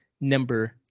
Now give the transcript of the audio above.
number